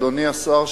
אדוני השר,